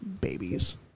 babies